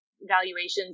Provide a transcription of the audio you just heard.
valuations